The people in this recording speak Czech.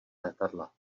letadla